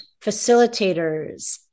facilitators